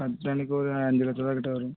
பத்து டன்னுக்கு ஒரு அஞ்சு லட்சம் ரூபாக் கிட்டே வரும்